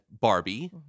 Barbie